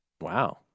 Wow